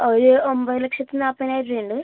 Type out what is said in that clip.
ഒരു ഒമ്പത് ലക്ഷത്തി നാപ്പതിനായിരം രൂപ ഉണ്ട്